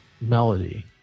melody